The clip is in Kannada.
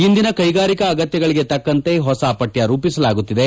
ಇಂದಿನ ಕೈಗಾರಿಕಾ ಅಗತ್ಯಗಳಿಗೆ ತಕ್ಕಂತೆ ಹೊಸ ಪಠ್ಯ ರೂಪಿಸಲಾಗುತ್ತಿದೆ